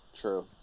true